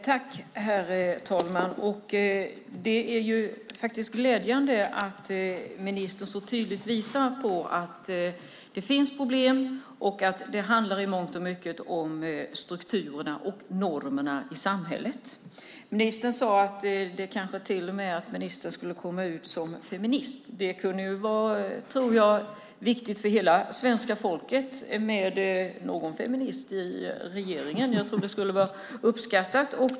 Herr talman! Det är glädjande att ministern så tydligt visar på att det finns problem och att det i mångt och mycket handlar om strukturerna och normerna i samhället. Ministern sade att han kanske till och med skulle "komma ut" som feminist. Det skulle vara viktigt för hela svenska folket, tror jag, med någon feminist i regeringen. Jag tror att det skulle vara uppskattat.